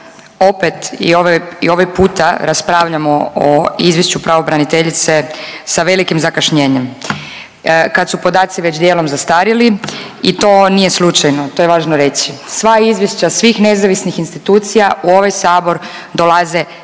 opet i ovaj puta raspravljamo o izvješću pravobraniteljice sa velikim zakašnjenjem kad su podaci već djelom zastarjeli i to nije slučajno to je važno reći. Sva izvješća, svih nezavisnih institucija u ovaj sabor dolaze prekasno,